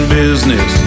business